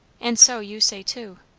and so you say too.